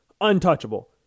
Untouchable